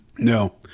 No